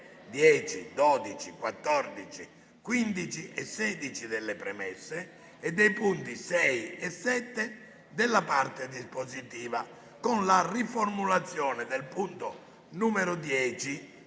10, 12, 14, 15 e 16 delle premesse e dei punti 6 e 7 del dispositivo, con la riformulazione del punto 10,